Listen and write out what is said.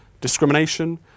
discrimination